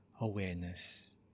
awareness